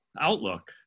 outlook